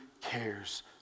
cares